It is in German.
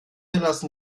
lassen